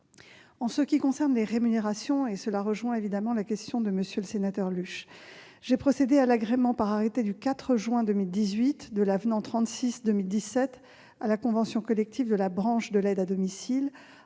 En ce qui concerne les rémunérations- cela rejoint la question de M. le sénateur Jean-Claude Luche -, j'ai procédé à l'agrément par arrêté du 4 juin 2018 de l'avenant n° 36-2017 à la convention collective de la branche de l'aide à domicile,